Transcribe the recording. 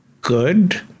good